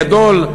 גדול,